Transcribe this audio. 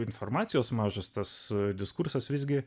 informacijos mažas tas diskursas visgi